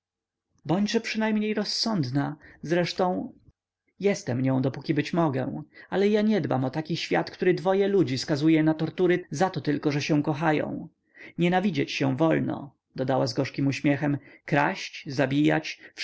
bądźże przynajmniej rozsądna zresztą jestem nią dopóki być mogę ale ja nie dbam o taki świat który dwoje ludzi skazuje na tortury zato tylko że się kochają nienawidzieć się wolno dodała z gorzkim uśmiechem kraść zabijać